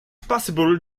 possible